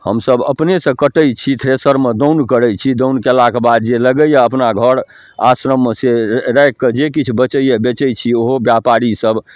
हमसब अपने सँ कटै छी थ्रेसरमे दाउन करै छी दाउन केलाके बाद जे लगैया अपना घर आश्रममे से राखि कऽ जे किछु बचैया बेचै छी ओहो ब्यापारी सब